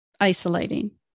isolating